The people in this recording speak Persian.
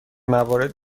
موارد